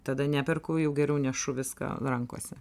tada neperku jau geriau nešu viską rankose